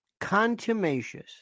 contumacious